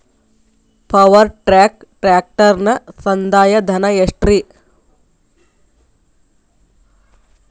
Power track ಟ್ರ್ಯಾಕ್ಟರನ ಸಂದಾಯ ಧನ ಎಷ್ಟ್ ರಿ?